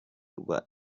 rwa